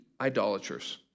idolaters